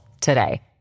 today